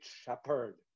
shepherd